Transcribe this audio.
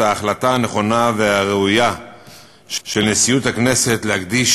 על ההחלטה הנכונה והראויה של נשיאות הכנסת להקדיש